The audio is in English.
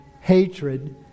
hatred